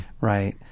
right